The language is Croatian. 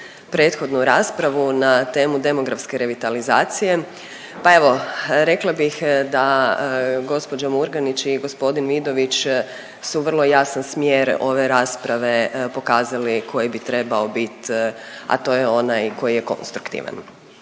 prethodnu raspravu na temu demografske revitalizacije. Pa evo, rekla bih da gospođa Murganić i gospodin Vidović su vrlo jasan smjer ove rasprave pokazali koji bi trebao bit, a to je onaj koji je konstruktivan.